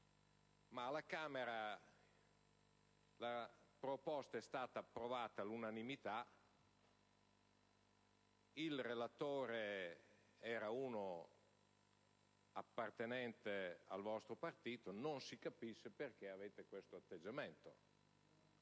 alla Camera la proposta è stata approvata all'unanimità ed il relatore era appartenente al nostro partito, non si capisce perché abbiamo questo atteggiamento